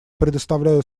предоставляю